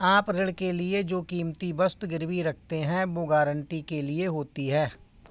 आप ऋण के लिए जो कीमती वस्तु गिरवी रखते हैं, वो गारंटी के लिए होती है